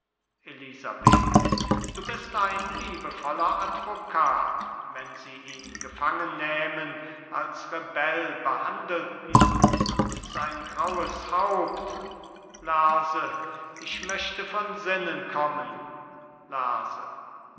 elisabeth du bist ein liebevoller advokat wenn sie ihn gefangennähmen als rebell behandelten und sein graues haupt lerse ich möchte von sinnen kommen lerse